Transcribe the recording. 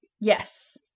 Yes